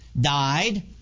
Died